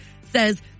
says